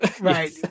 Right